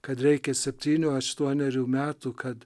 kad reikia septynių aštuonerių metų kad